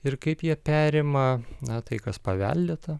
ir kaip jie perima na tai kas paveldėta